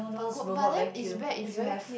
but good but then it's bad if you have